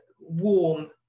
warm